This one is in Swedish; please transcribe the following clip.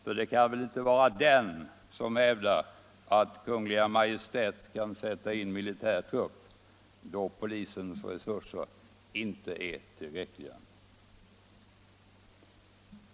För det kan väl inte vara den som hävdar att Kungl. Maj:t kan sätta in militär trupp då polisens resurser inte är tillräckliga.